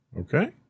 Okay